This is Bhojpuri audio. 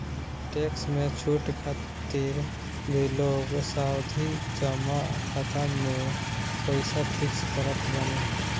टेक्स में छूट खातिर भी लोग सावधि जमा खाता में पईसा फिक्स करत बाने